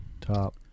top